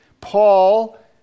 Paul